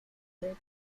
their